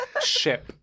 ship